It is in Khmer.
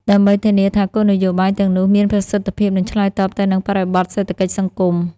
ដើម្បីធានាថាគោលនយោបាយទាំងនោះមានប្រសិទ្ធភាព និងឆ្លើយតបទៅនឹងបរិបទសេដ្ឋកិច្ចសង្គម។